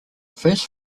first